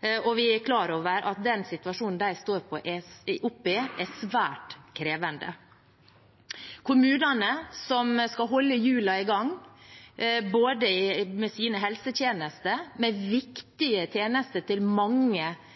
Vi er klar over at den situasjonen de står oppe i, er svært krevende. Det gjelder også kommunene, som skal holde hjulene i gang, med sine helsetjenester, med viktige tjenester til mange